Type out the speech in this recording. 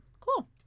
Cool